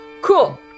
Cool